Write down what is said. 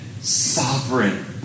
Sovereign